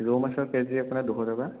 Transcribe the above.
ৰৌ মাছৰ কেজি আপোনাৰ দুশ টকা